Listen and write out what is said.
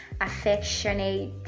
affectionate